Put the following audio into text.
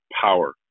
power